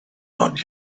not